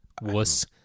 Wuss